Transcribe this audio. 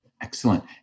Excellent